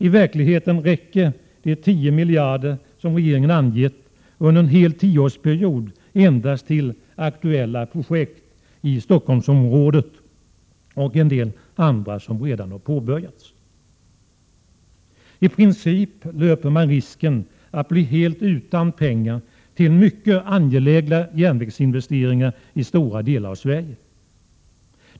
I verkligheten räcker de 10 miljarder som regeringen angett under en hel tioårsperiod endast till aktuella projekt i Stockholmsområdet och en del andra som redan påbörjats. I princip löper man risken att bli helt utan pengar till mycket angelägna järnvägsinvesteringar i stora delar av Sverige.